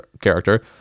character